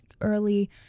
early